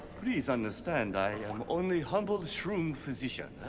please understand i am only humble shroom physician.